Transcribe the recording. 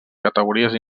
categories